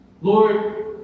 Lord